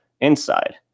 inside